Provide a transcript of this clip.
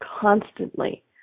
constantly